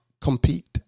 compete